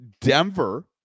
denver